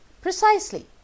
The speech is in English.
Precisely